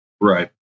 Right